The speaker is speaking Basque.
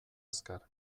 azkar